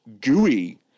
gooey